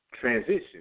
transition